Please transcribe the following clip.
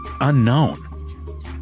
unknown